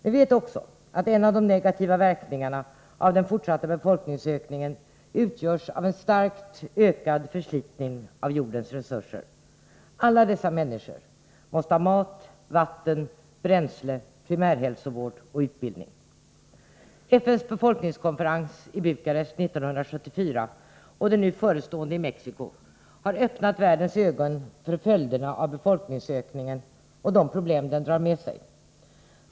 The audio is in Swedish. Vi vet också att en av de negativa verkningarna av den fortsatta befolkningsökningen är en starkt ökad förslitning av jordens resurser. Alla dessa människor måste ha mat, vatten, bränsle, primärhälsovård och utbildning. FN:s befolkningskonferens i Bukarest 1974 och den nu förestående i Mexico har öppnat världens ögon för följderna av befolkningsökningen och de problem som den drar med sig.